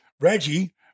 Reggie